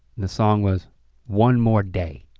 the song was one more day.